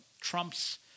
Trump's